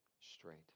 straight